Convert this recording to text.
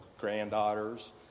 granddaughters